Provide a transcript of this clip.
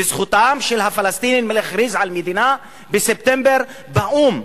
וזכותם של הפלסטינים להכריז על מדינה בספטמבר באו"ם.